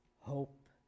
hope